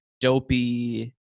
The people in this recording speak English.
dopey